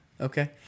okay